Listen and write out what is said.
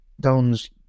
Dons